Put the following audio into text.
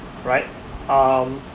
right um